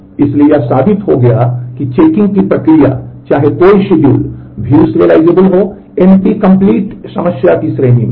इसलिए यह साबित हो गया है कि चेकिंग की प्रक्रिया चाहे कोई शेड्यूल view serializable हो NP complete समस्या की श्रेणी में है